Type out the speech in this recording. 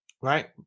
Right